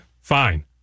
Fine